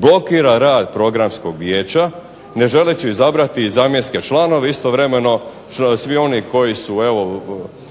blokira rad programskog vijeća ne želeći izabrati zamjenske članove, istovremeno svi oni koji su bili